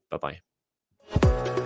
bye-bye